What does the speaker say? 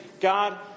God